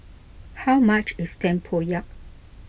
how much is tempoyak